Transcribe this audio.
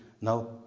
Now